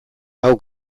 hau